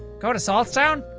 go to saltztown?